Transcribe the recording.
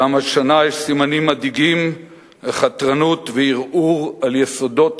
גם השנה יש סימנים מדאיגים לחתרנות ולערעור על יסודות